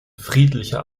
friedlicher